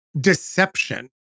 deception